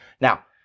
Now